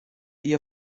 ihr